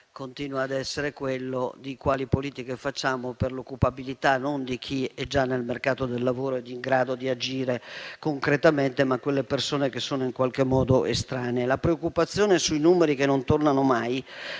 continua ad essere quello di quali politiche facciamo per l'occupabilità non di chi è già nel mercato del lavoro ed è in grado di agire concretamente, ma di quelle persone che ne sono in qualche modo estranee. La preoccupazione è sui numeri che non tornano mai,